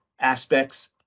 aspects